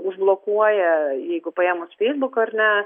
užblokuoja jeigu paėmus feisbuko ar ne